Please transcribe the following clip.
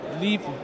leave